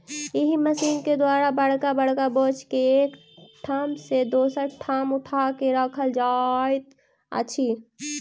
एहि मशीन के द्वारा बड़का बड़का बोझ के एक ठाम सॅ दोसर ठाम उठा क राखल जाइत अछि